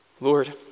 Lord